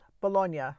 Bologna